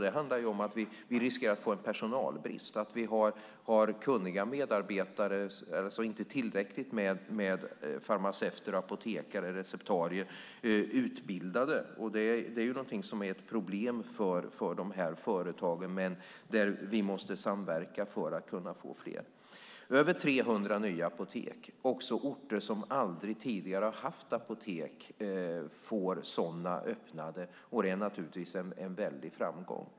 Det handlar om att vi riskerar att få en personalbrist, att vi inte har tillräckligt med kunniga medarbetare i form av utbildade farmaceuter, apotekare och receptarier. Det är ett problem för de här företagen, och där måste vi samverka för att kunna få fler. Vi har fått över 300 nya apotek. Också på orter som aldrig tidigare har haft apotek öppnar nu sådana, och det är naturligtvis en väldig framgång.